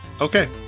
Okay